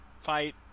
fight